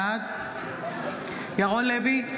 בעד ירון לוי,